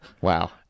Wow